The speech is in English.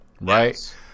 right